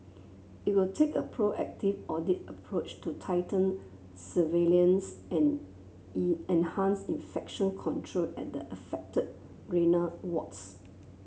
it will take a proactive audit approach to tighten surveillance and an infection control at the affected renal wards